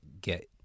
get